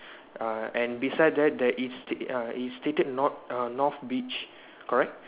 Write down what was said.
err and beside that there is sta~ err is stated north err north beach correct